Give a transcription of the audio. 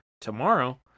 tomorrow